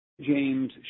James